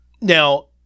Now